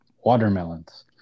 watermelons